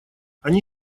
они